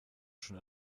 schon